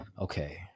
okay